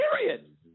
Period